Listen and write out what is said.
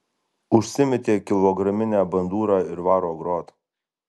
užsimetė kilograminę bandūrą ir varo grot